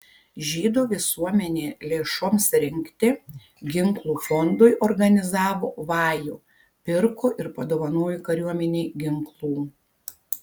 žydų visuomenė lėšoms rinkti ginklų fondui organizavo vajų pirko ir padovanojo kariuomenei ginklų